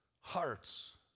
hearts